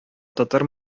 татар